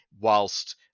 whilst